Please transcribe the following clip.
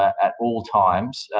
at all times.